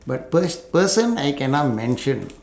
but pers~ person I cannot mention